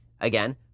again